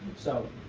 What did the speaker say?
so